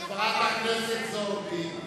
חברת הכנסת זועבי,